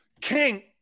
King